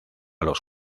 los